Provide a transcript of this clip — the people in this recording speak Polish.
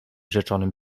rzeczonym